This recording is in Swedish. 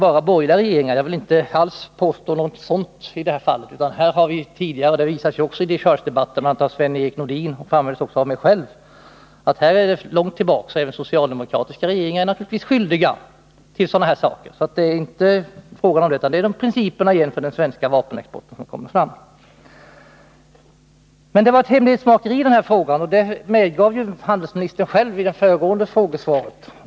Jag vill inte alls påstå att det bara är borgerliga regeringar som felat, vilket också framhölls av bl.a. Sven-Erik Nordin och mig i dechargedebatten, utan långt tillbaka i tiden har naturligtvis också socialdemokratiska regeringar gjort sig skyldiga till sådana här saker. Det gäller alltså principerna för den svenska vapenexporten. Det har förekommit ett hemlighetsmakeri i denna fråga, vilket ju handelsministern medgav i det tidigare frågesvaret.